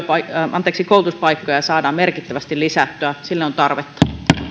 koulutuspaikkoja saadaan merkittävästi lisättyä sille on tarvetta